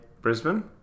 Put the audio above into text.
Brisbane